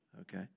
okay